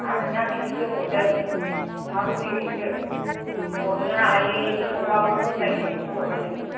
आरो नोंहा बिदिसो हरदों अमा बुरिखौसो अरनो हालायै संबाबो मोनलायिखौसो हरबाय नोङो